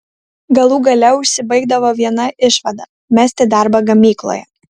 galų gale užsibaigdavo viena išvada mesti darbą gamykloje